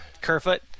Kerfoot